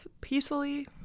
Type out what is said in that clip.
peacefully